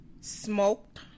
Smoked